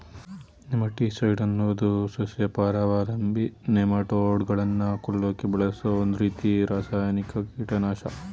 nematicide ಅನ್ನೋದು ಸಸ್ಯಪರಾವಲಂಬಿ ನೆಮಟೋಡ್ಗಳನ್ನ ಕೊಲ್ಲಕೆ ಬಳಸೋ ಒಂದ್ರೀತಿ ರಾಸಾಯನಿಕ ಕೀಟನಾಶಕ